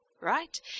right